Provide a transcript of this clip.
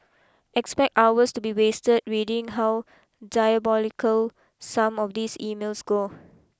expect hours to be wasted reading how diabolical some of these emails go